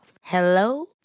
Hello